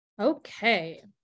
Okay